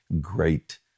great